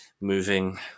moving